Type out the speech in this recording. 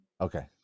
okay